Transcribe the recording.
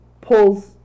pulls